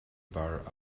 bar